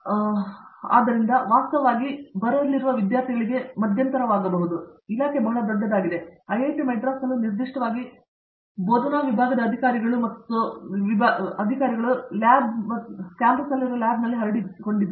professor Babu Vishwanath ಆದ್ದರಿಂದ ಇದು ವಾಸ್ತವವಾಗಿ ಬರಲಿರುವ ವಿದ್ಯಾರ್ಥಿಗಳಿಗೆ ಮಧ್ಯಂತರವಾಗಬಹುದು ಏಕೆಂದರೆ ಇಲಾಖೆ ಬಹಳ ದೊಡ್ಡದಾಗಿದೆ ಮತ್ತು ಐಐಟಿ ಮದ್ರಾಸ್ನಲ್ಲೂ ನಿರ್ದಿಷ್ಟವಾಗಿ ಬೋಧನಾ ವಿಭಾಗದ ಅಧಿಕಾರಿಗಳು ಮತ್ತು ಲ್ಯಾಬ್ಗಳು ಕ್ಯಾಂಪಸ್ನಲ್ಲಿ ಹರಡಿವೆ